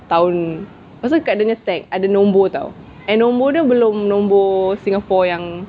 tahun pasal kan ada tag ada nombor [tau] and nombor dia belum nombor singapore yang